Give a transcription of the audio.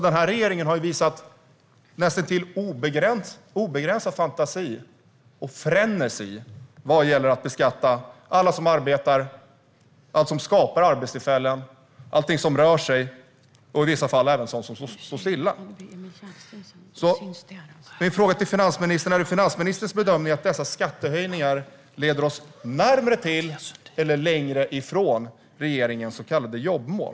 Den här regeringen har visat näst intill obegränsad fantasi och frenesi vad gäller att beskatta alla som arbetar, allt som skapar arbetstillfällen, allt som rör sig och i vissa fall även sådant som står still. Min fråga till finansministern är därför: Är det finansministerns bedömning att dessa skattehöjningar leder oss närmare eller längre ifrån regeringens så kallade jobbmål?